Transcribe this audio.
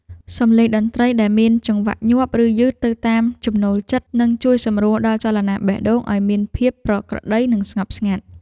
សម្លេងតន្ត្រីដែលមានចង្វាក់ញាប់ឬយឺតទៅតាមចំណូលចិត្តនឹងជួយសម្រួលដល់ចលនាបេះដូងឱ្យមានភាពប្រក្រតីនិងស្ងប់ស្ងាត់។